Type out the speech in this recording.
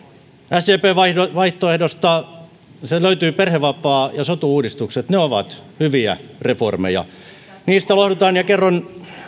sdpn vaihtoehdosta sieltä löytyy perhevapaa ja sotu uudistukset ne ovat hyviä reformeja niistä lohdutan ja kerron